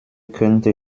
könnte